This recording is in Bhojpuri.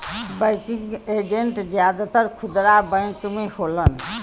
बैंकिंग एजेंट जादातर खुदरा बैंक में होलन